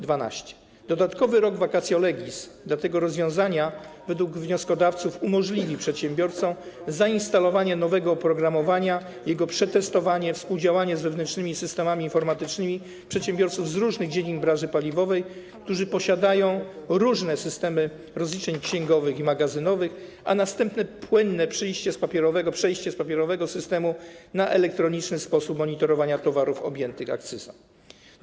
Dodatkowy rok vacatio legis dla tego rozwiązania według wnioskodawców umożliwi przedsiębiorcom zainstalowanie nowego oprogramowania, jego przetestowanie, współdziałanie z wewnętrznymi systemami informatycznymi przedsiębiorców z różnych dziedzin branży paliwowej, którzy posiadają różne systemy rozliczeń księgowych i magazynowych, a następnie płynne przejście z papierowego systemu na elektroniczny sposób monitorowania towarów objętych akcyzą.